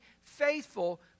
faithful